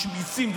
משמיצים,